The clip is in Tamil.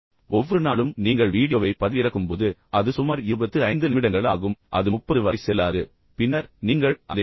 ஒவ்வொரு நாளும் நீங்கள் வீடியோவைப் பதிவிறக்கும்போது அது சுமார் 25 நிமிடங்கள் ஆகும் அது 30 வரை செல்லாது பின்னர் நீங்கள் அதைப் பாருங்கள்